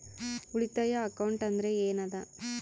ಉಳಿತಾಯ ಅಕೌಂಟ್ ಅಂದ್ರೆ ಏನ್ ಅದ?